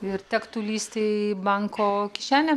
ir tektų lįsti į banko kišenę